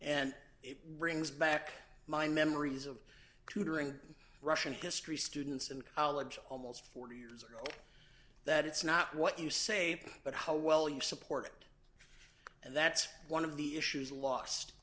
and it brings back my memories of tutoring russian history students and almost forty years ago that it's not what you say but how well you support and that's one of the issues lost